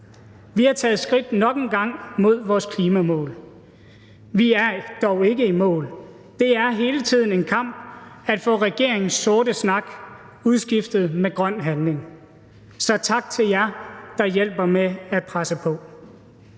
Vi har taget skridt nok en gang mod vores klimamål. Vi er dog ikke i mål. Det er hele tiden en kamp at få regeringens sorte snak udskiftet med grøn handling. Så tak til jer, der hjælper med at presse på.